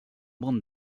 món